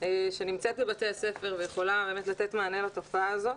שנמצאת בבתי הספר ויכולה באמת לתת מענה לתופעה הזאת.